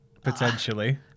potentially